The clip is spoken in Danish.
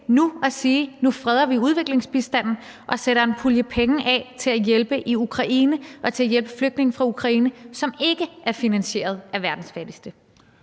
nu freder vi udviklingsbistanden og sætter en pulje penge af til at hjælpe i Ukraine og til at hjælpe flygtninge fra Ukraine, som ikke er finansieret af verdens fattigste.